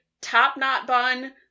top-knot-bun